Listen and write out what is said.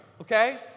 Okay